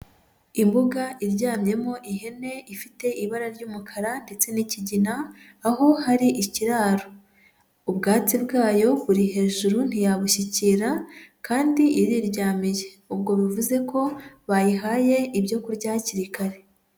Imbuga iryamyemo ihene ifite ibara ry'umukara ndetse n'ikigina, aho hari ikiraro. Ubwatsi bwayo buri hejuru ntiyabushyikira kandi iriryamiye. Ubwo bivuze ko bayihaye ibyo kurya hakiri kare.